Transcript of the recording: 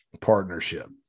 partnership